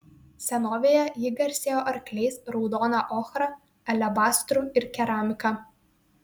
senovėje ji garsėjo arkliais raudona ochra alebastru ir keramika